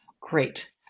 Great